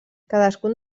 cadascun